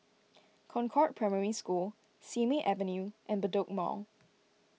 Concord Primary School Simei Avenue and Bedok Mall